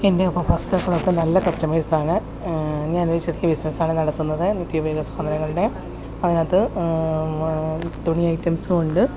എൻ്റെ ഉപഭോക്താക്കളൊക്കെ നല്ല കസ്റ്റമേഴ്സാണ് ഞാനൊരു ചെറിയ ബിസിനസ്സാണ് നടത്തുന്നത് നിത്യോപയോഗ സാധനങ്ങളുടെ അതിനകത്ത് തുണി ഐറ്റംസും ഉണ്ട്